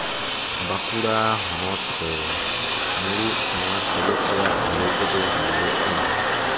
ᱵᱟᱸᱠᱩᱲᱟ ᱦᱚᱱᱚᱛᱨᱮ ᱢᱩᱬᱩᱫ ᱥᱟᱶᱟᱨ ᱥᱮᱵᱮᱠ ᱨᱮᱭᱟᱜ ᱵᱷᱟᱹᱞᱟᱹᱭ ᱠᱚᱫᱚ ᱦᱩᱭᱩ ᱜᱚᱜ ᱠᱟᱱᱟ